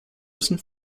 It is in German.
müssen